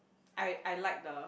I I like the